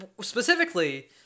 Specifically